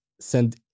send